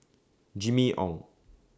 Jimmy Ong